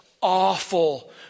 awful